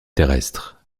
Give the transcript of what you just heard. terrestre